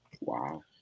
Wow